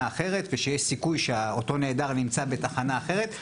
אחרת ושיש סיכוי שאותו נעדר נמצא תחנה אחרת,